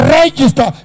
register